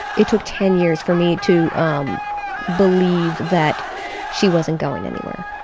it took ten years for me to um believe that she wasn't going anywhere.